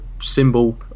symbol